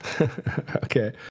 Okay